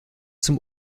zum